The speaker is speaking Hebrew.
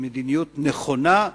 מדיניות נכונה,